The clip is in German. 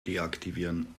deaktivieren